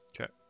Okay